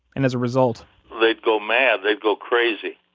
and as a result they'd go mad, they'd go crazy.